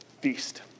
feast